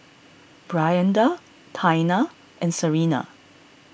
Brianda Taina and Serena